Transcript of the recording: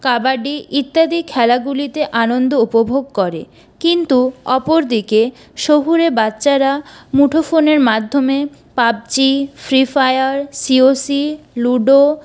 কাবাডি ইত্যাদি খেলাগুলিতে আনন্দ উপভোগ করে কিন্তু অপরদিকে শহুরে বাচ্চারা মুঠো ফোনের মাধ্যমে PUBG Free Fire COC ludo